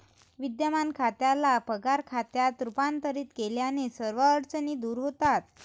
विद्यमान खात्याला पगार खात्यात रूपांतरित केल्याने सर्व अडचणी दूर होतात